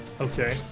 Okay